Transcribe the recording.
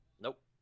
Nope